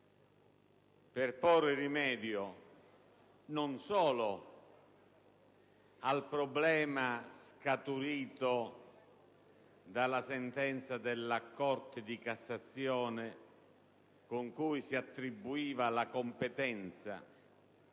per porre rimedio non solo al problema scaturito dalla sentenza della Corte di cassazione con cui si attribuiva la competenza,